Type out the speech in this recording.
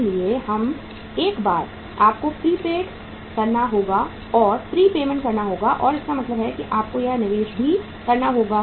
इसलिए एक बार आपको प्री पेमेंट करना होगा तो इसका मतलब है कि आपको यह निवेश भी करना होगा